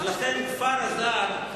לכן כפר אז"ר,